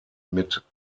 mit